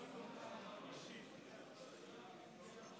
התש"ף